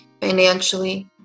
financially